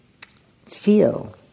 feel